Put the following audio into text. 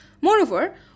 Moreover